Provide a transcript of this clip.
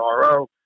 ro